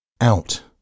out